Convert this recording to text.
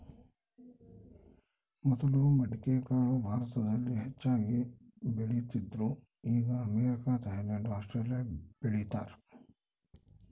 ಮೊದಲು ಮಡಿಕೆಕಾಳು ಭಾರತದಲ್ಲಿ ಹೆಚ್ಚಾಗಿ ಬೆಳೀತಿದ್ರು ಈಗ ಅಮೇರಿಕ, ಥೈಲ್ಯಾಂಡ್ ಆಸ್ಟ್ರೇಲಿಯಾ ಬೆಳೀತಾರ